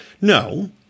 No